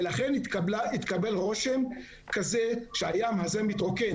ולכן התקבל רושם שהים הזה מתרוקן.